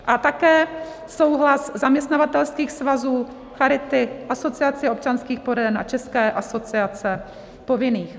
A také souhlas zaměstnavatelských svazů, Charity, Asociace občanských poraden a České asociace povinných.